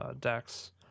decks